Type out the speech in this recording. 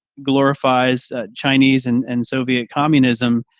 glorifies ah chinese and and soviet communism.